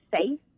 safe